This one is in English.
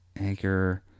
Anchor